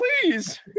please